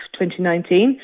2019